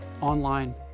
online